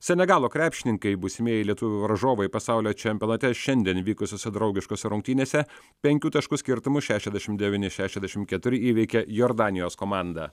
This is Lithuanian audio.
senegalo krepšininkai būsimieji lietuvių varžovai pasaulio čempionate šiandien vykusiose draugiškose rungtynėse penkių taškų skirtumu šešiasdešimt devyni šešiasdešimt keturi įveikė jordanijos komandą